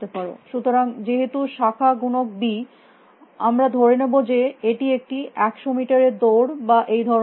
সুতরাং যেহেতু শাখা গুণক বি আমরা ধরে নেব যে এটি একটি 100 মিটারের দৌড় বা এই ধরনের কিছু